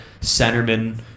centerman